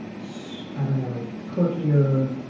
so i don't know, perkier,